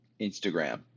Instagram